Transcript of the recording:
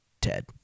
ted